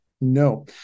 No